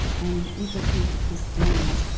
and we just need to keep doing it.